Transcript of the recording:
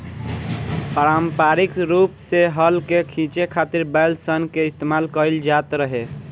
पारम्परिक रूप से हल के खीचे खातिर बैल सन के इस्तेमाल कईल जाट रहे